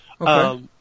Okay